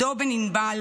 עידו בן ענבל,